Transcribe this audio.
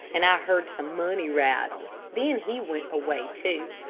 and i heard some money rattle. then he went away too.